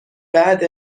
بعد